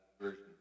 version